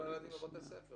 הילדים לא נשמעים פה בכלל.